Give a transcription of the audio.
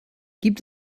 gibt